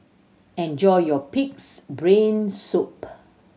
enjoy your Pig's Brain Soup